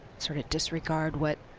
sort of disregard what